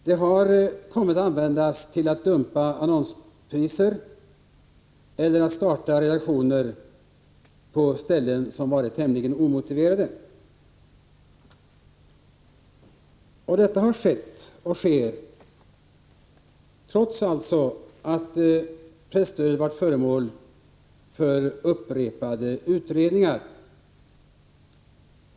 Det har kommit att användas till att dumpa annonspriser eller att starta redaktioner där sådana varit tämligen omotiverade. Detta har skett och sker trots att presstödet varit föremål för upprepade utredningar.